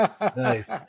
Nice